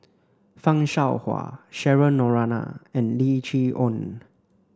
Fan Shao Hua Cheryl Noronha and Lim Chee Onn